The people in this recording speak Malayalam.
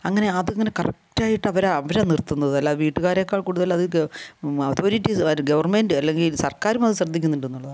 അങ്ങനെ അതിങ്ങനെ കറക്റ്റായിട്ട് അവരാണ് അവരാണ് നിർത്തുന്നത് അല്ലാതെ വീട്ടുകാരേക്കാൾ കൂടുതൽ അത് അതോറിറ്റിസ് ഗവർമെൻ്റ് അല്ലങ്കിൽ സർക്കാരും അത് ശ്രദ്ധിക്കുന്നുണ്ടെന്നുള്ളതാണ്